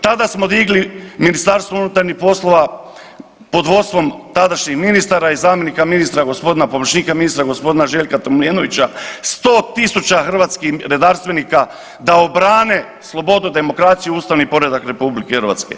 Tada smo digli, MUP pod vodstvom tadašnjeg ministara i zamjenika ministra gospodina pomoćnika ministra gospodina Željka Tomljenovića 100.000 hrvatskih redarstvenika da obrane slobodu, demokraciju, ustavni poredak RH.